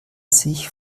sich